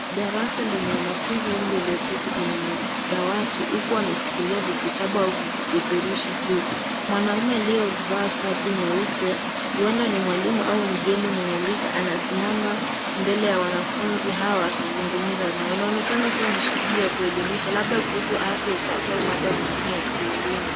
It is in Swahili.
Darasa lenye wanafunzi wengi walioketi kwenye dawati huku wameshikilia vijitabu au vipeperushi juu. Mwanamume aliyevaa shati jeupe, huenda ni mwalimu au mgeni mwalika, anasimama mbele ya wanafunzi hawa akizungumza nao. Inaonekana kuwa ni shughuli ya kueleimisha, labda afya, usafi au mada nyingine ya kieleimu.